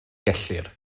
gellir